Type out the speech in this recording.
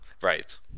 Right